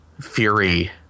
Fury